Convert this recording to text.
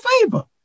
favor